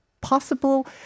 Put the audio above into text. Possible